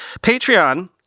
Patreon